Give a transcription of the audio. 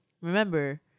remember